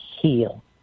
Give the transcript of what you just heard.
heal